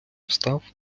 встав